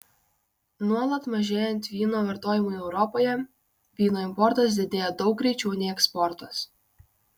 nuolat mažėjant vyno vartojimui europoje vyno importas didėja daug greičiau nei eksportas